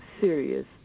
serious